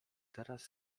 teraz